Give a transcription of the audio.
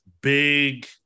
big